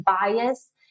bias